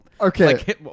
Okay